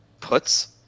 puts